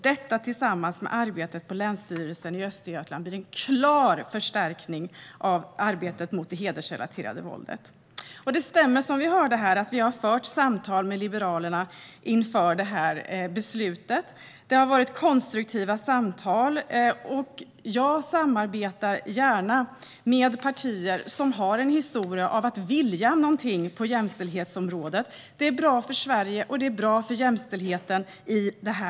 Detta tillsammans med arbetet på Länsstyrelsen i Östergötland innebär en klar förstärkning av arbetet mot det hedersrelaterade våldet. Det stämmer, som vi hörde här, att vi har fört samtal med Liberalerna inför detta beslut. Det har varit konstruktiva samtal. Jag samarbetar gärna med partier som har en historia av att vilja någonting på jämställdhetsområdet. Det är bra för Sverige, och det är bra för jämställdheten.